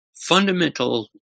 fundamental